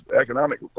economic